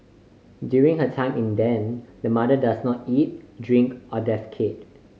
during her time in the den the mother does not eat drink or defecate